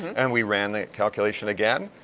and we ran the calculation again,